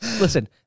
listen